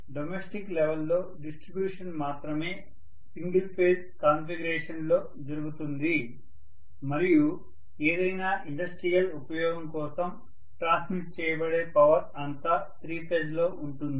domestic లెవల్లో distribution మాత్రమే single phase configuration లో జరుగుతుంది మరియు ఏదైనా ఇండస్ట్రియల్ ఉపయోగం కోసం ట్రాన్స్మిట్ చేయబడే పవర్ అంతా త్రీ ఫేజ్ లో ఉంటుంది